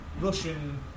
Russian